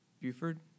Buford